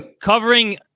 covering